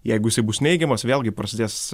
jeigu jisai bus neigiamas vėlgi prasidės